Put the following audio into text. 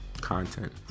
content